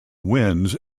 winds